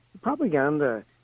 propaganda